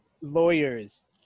lawyers